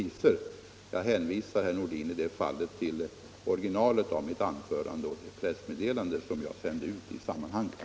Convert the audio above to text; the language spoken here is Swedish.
I det fallet hänvisar jag herr Nordin till originalet av mitt anförande och till det pressmed delande som jag sände ut i sammanhanget.